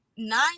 Nine